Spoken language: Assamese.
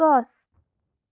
গছ